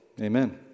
Amen